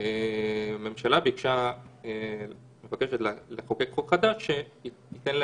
הממשלה מבקשת לחוקק חוק חדש שייתן לה